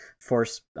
force